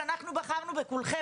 שאנחנו בחרנו בכולכם,